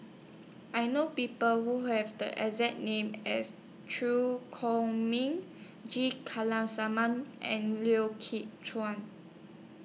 I know People Who Have The exact name as Chew Chor Meng G and Lau Chuan